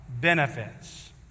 Benefits